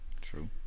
True